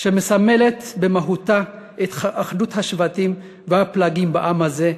שמסמלת במהותה את אחדות השבטים והפלגים בעם הזה,